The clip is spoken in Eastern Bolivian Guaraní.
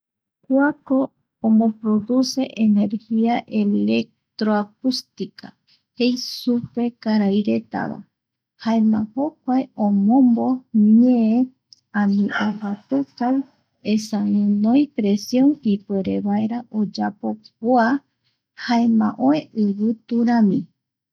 Kuako omoproduce energia electroacustica jei supe karairetava, jaema jokua omombo ñee ani ojapukai, esa guinoi presión ipuerevaera oyapo kua, jaema oe ivitu rami.